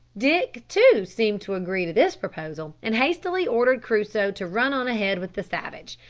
dick, too, seemed to agree to this proposal, and hastily ordered crusoe to run on ahead with the savage,